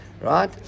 right